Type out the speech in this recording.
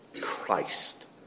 Christ